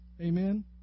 Amen